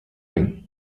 ring